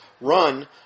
run